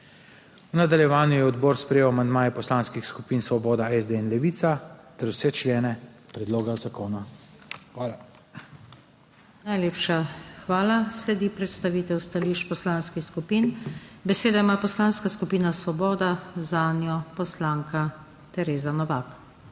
V nadaljevanju je odbor sprejel amandmaje poslanskih skupin Svoboda, SD in Levica ter vse člene predloga zakona. Hvala. PODPREDSEDNICA NATAŠA SUKIČ: Najlepša hvala. Sledi predstavitev stališč poslanskih skupin. Besedo ima Poslanska skupina Svoboda, zanjo poslanka Tereza Novak.